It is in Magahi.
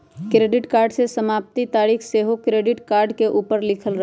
क्रेडिट कार्ड के समाप्ति तारिख सेहो क्रेडिट कार्ड के ऊपर लिखल रहइ छइ